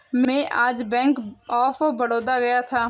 मैं आज bank of Baroda गया था